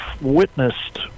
witnessed